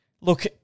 look